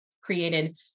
created